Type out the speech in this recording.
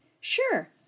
Sure